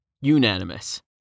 Unanimous